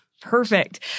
Perfect